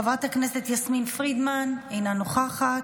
חברת הכנסת יסמין פרידמן, אינה נוכחת,